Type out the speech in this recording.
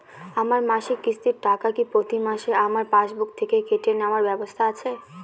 আমার মাসিক কিস্তির টাকা কি প্রতিমাসে আমার পাসবুক থেকে কেটে নেবার ব্যবস্থা আছে?